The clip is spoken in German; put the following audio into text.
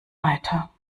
weiter